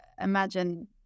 imagine